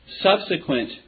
subsequent